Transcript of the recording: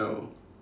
oh